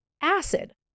acid